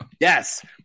Yes